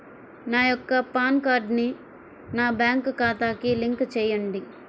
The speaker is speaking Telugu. నా యొక్క పాన్ కార్డ్ని నా బ్యాంక్ ఖాతాకి లింక్ చెయ్యండి?